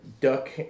duck